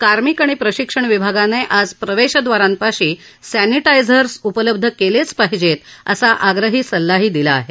कार्मिक आणि प्रशिक्षण विभागाने आज प्रवेशद्वारांपाशी सॅनिटायझर्स उपलब्ध केलेच पाहिजेत असा आग्रही सल्ला दिला आहे